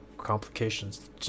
Complications